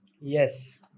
yes